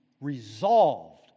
resolved